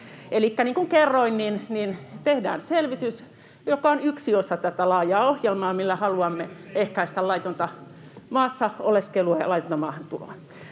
ei ole osa valmistelua!] joka on yksi osa tätä laajaa ohjelmaa, millä haluamme ehkäistä laitonta maassa oleskelua ja laitonta maahantuloa.